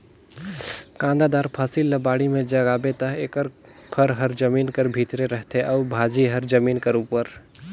कांदादार फसिल ल बाड़ी में जगाबे ता एकर फर हर जमीन कर भीतरे रहथे अउ भाजी हर जमीन कर उपर